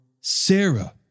Sarah